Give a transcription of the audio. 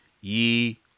ye